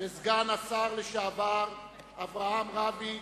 וסגן השר לשעבר אברהם רביץ,